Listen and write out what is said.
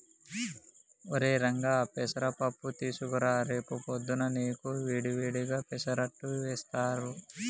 ఒరై రంగా పెసర పప్పు తీసుకురా రేపు పొద్దున్నా నీకు వేడి వేడిగా పెసరట్టు వేస్తారు